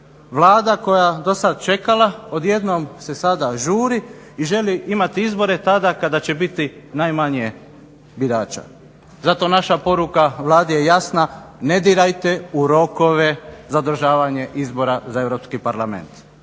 Vlada koja je dosad čekala odjednom se sada žuri i želi imati izbore tada kada će biti najmanje birača. Zato naša poruka Vladi je jasna ne dirajte u rokove za održavanje izbora za Europski parlament.